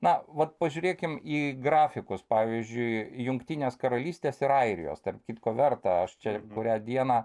na vat pažiūrėkim į grafikus pavyzdžiui jungtinės karalystės ir airijos tarp kitko verta aš čia kurią dieną